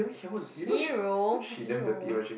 hero !eww!